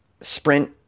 Sprint